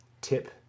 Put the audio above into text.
tip